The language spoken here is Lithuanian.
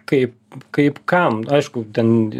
kaip kaip kam aišku ten